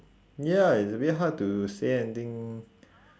ya it's a bit hard to say anything